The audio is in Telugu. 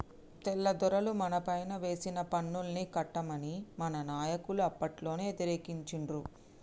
తెల్లదొరలు మనపైన వేసిన పన్నుల్ని కట్టమని మన నాయకులు అప్పట్లోనే యతిరేకించిండ్రు